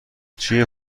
چیه